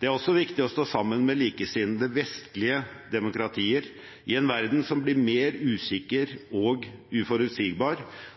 Det er også viktig å stå sammen med likesinnede, vestlige demokratier i en verden som blir mer usikker og uforutsigbar,